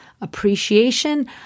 appreciation